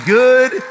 good